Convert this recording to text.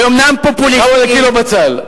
כמה עולה קילו בצל?